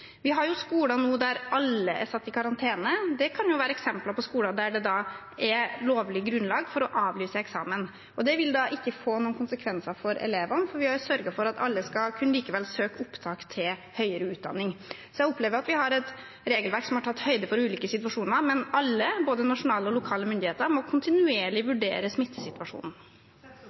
Vi har skoler nå der alle er satt i karantene, og det kan være eksempler på skoler der det er lovlig grunnlag for å avlyse eksamen. Men det vil ikke få noen konsekvenser for elevene, for vi har sørget for at alle likevel skal kunne søke opptak til høyere utdanning. Jeg opplever at vi har et regelverk som har tatt høyde for ulike situasjoner, men alle, både nasjonale og lokale myndigheter, må kontinuerlig vurdere smittesituasjonen.